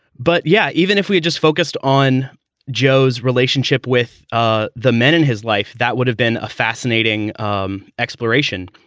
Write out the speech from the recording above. but yeah, even if we just focused on joe's relationship with ah the men in his life, that would have been a fascinating um exploration.